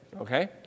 Okay